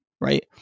right